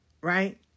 Right